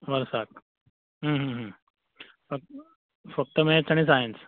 वर्साक अ फक्त मॅथ्स आनी सायन्स